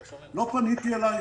לא פניתי אלייך.